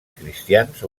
cristians